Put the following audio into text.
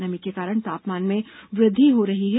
नमी के कारण तापमान में वृद्धि हो रही है